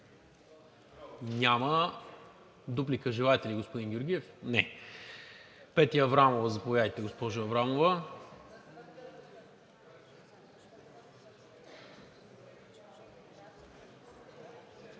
Няма. Дуплика желаете ли, господин Георгиев? Не. Петя Аврамова – заповядайте, госпожо Аврамова.